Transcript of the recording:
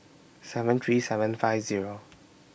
seven three seven five Zero